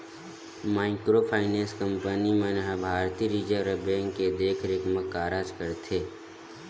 micro finance company मन ह भारतीय रिजर्व बेंक के देखरेख म कारज करथे